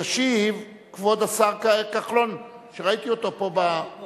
(תיקון, זכאות לקצבת זיקנה